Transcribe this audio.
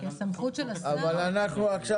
כי הסמכות של השר --- אבל אנחנו עכשיו